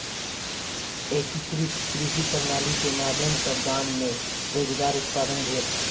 एकीकृत कृषि प्रणाली के माध्यम सॅ गाम मे रोजगार उत्पादन भेल